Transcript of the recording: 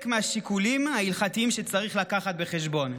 מהשיקולים ההלכתיים שצריך להביא בחשבון.